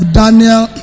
daniel